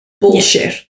bullshit